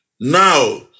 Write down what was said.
Now